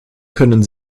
können